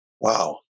Wow